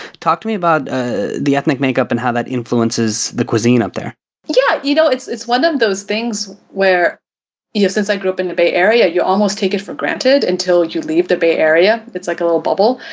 talk to me about the ethnic makeup and how that influences the cuisine out there. anita yeah. you know, it's it's one of those things where you know, since i grew but in the bay area, you almost take it for granted until you leave the bay area. it's like a little bubble.